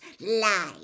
lie